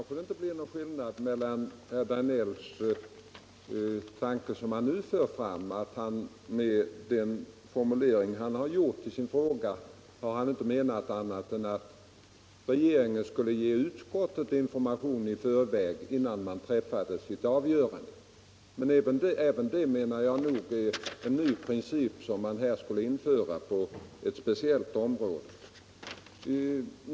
Herr talman! Herr Danell säger nu att han med formuleringen av sin fråga inte menat annat än att regeringen skulle ge utskottet information innan avgörandet träffades. Men även det menar jag skulle innebära att man inför en ny princip på ett speciellt område.